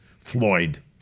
Floyd